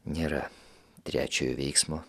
nėra trečiojo veiksmo